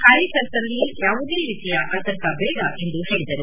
ಕಾರ್ಯಕರ್ತರಲ್ಲಿ ಯಾವುದೇ ಅತಂಕಬೇಡ ಎಂದು ಹೇಳಿದರು